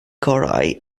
gorau